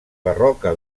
barroca